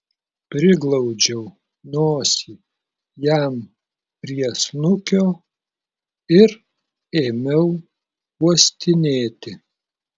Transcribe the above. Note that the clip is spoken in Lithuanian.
priglaudžiau nosį jam prie snukio ir ėmiau uostinėti